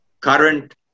current